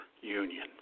union